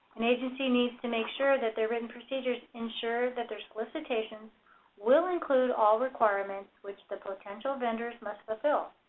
an agency needs to make sure that their written procedures ensure that their solicitations will include all requirements which the potential vendors must fulfill.